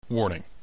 Warning